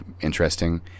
interesting